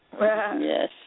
Yes